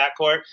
backcourt